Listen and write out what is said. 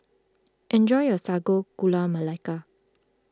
enjoy your Sago Gula Melaka